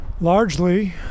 Largely